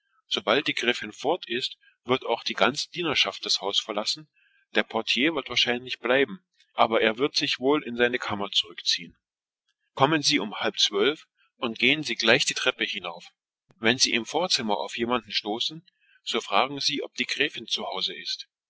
sobald die gräfin fort ist wird die dienerschaft wahrscheinlich weggehen in der vorhalle ist der portier aber er geht auch gewöhnlich in seine kammer kommen sie um halb zwölf steigen sie ruhig die treppe hinauf sollten sie im vorzimmer jemandem begegnen so fragen sie nur ob die gräfin zu hause sei